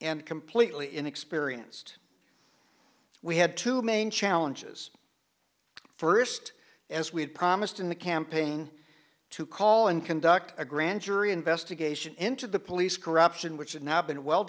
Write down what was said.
and completely inexperienced we had two main challenges first as we had promised in the campaign to call and conduct a grand jury investigation into the police corruption which had now been well